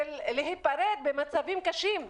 להיפרד במצבים קשים,